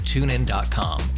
TuneIn.com